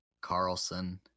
Carlson